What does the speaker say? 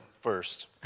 first